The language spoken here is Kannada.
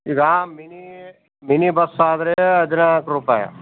ಈಗ ಮಿನಿ ಮಿನಿ ಬಸ್ ಆದರೆ ಹದಿನಾಲ್ಕು ರೂಪಾಯಿ